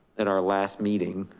in our last meeting,